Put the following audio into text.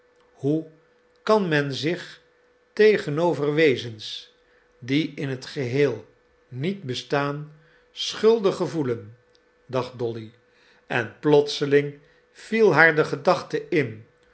hoe kan men zich tegenover wezens die in t geheel niet bestaan schuldig gevoelen dacht dolly en plotseling viel haar de gedachte in